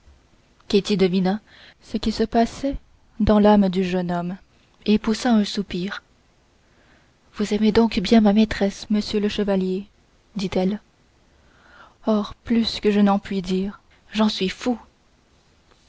ketty devina ce qui se passait dans l'âme du jeune homme et poussa un soupir vous aimez donc bien ma maîtresse monsieur le chevalier ditelle oh plus que je ne puis dire j'en suis fou